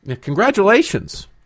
Congratulations